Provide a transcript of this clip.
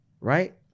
Right